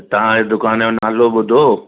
तव्हांजे दुकान जो नालो ॿुधो